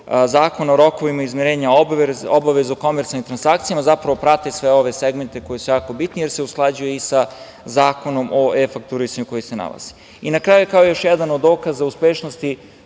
Zakona o rokovima izmirenja obaveza u komercijalnim transakcijama zapravo prate sve ove segmente koji su jako bitni, jer se usklađuju i sa Zakonom o e-fakturisanju koji se ovde nalazi. Na kraju, kao još jedan od dokaza uspešnosti,